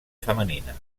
femenina